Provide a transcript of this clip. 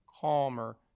calmer